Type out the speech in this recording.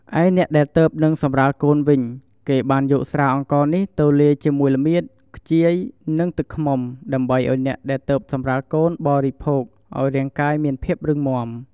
ឯអ្នកដែលទើបនិងសម្រាលកូនវិញ គេបានយកស្រាអង្ករនេះទៅលាយជាមួយល្មៀត ខ្ជាយ និងទឹកឃ្មុំ ដើម្បីឲ្យអ្នកដែលទើបសម្រាលកូនបរិភោគឲ្យរាងកាយមានភាពរឹងមាំ។